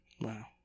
Wow